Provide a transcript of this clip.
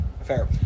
Fair